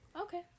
Okay